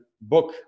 book